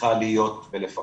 צריכה להיות ולפקח.